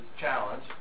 challenge